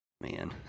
man